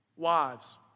Wives